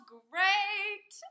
great